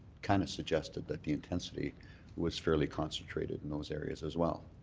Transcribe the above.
kind of suggested that the intensity was fairly concentrated in those areas as well.